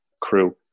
crew